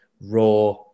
raw